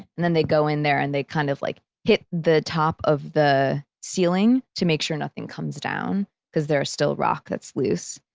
and then they go in there and they, kind of like, hit the top of the ceiling to make sure nothing comes down because there are still rock that's loose.